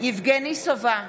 יבגני סובה,